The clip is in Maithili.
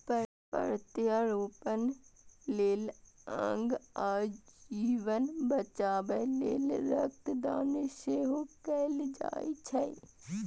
प्रत्यारोपण लेल अंग आ जीवन बचाबै लेल रक्त दान सेहो कैल जाइ छै